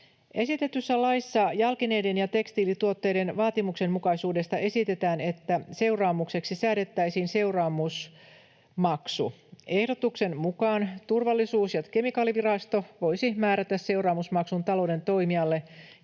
Esitetyssä laissa jalkineiden ja tekstiilituotteiden vaatimuksenmukaisuudesta esitetään, että seuraamukseksi säädettäisiin seuraamusmaksu. Ehdotuksen mukaan Turvallisuus- ja kemikaalivirasto voisi määrätä seuraamusmaksun talouden toimijalle,